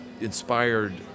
inspired